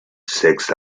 sex